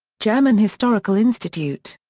german historical institute.